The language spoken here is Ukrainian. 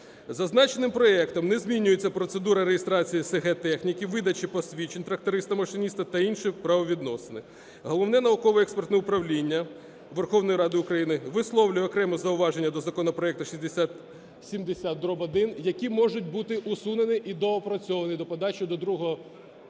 Зазначеним проектом не змінюється процедура реєстрації с/г техніки, видача посвідчень тракториста, машиніста та інші правовідносини. Головне науково-експертне управління Верховної Ради України висловлює окремо зауваження до законопроекту 6070-1, який може бути усунений і доопрацьований до подачі до другого читання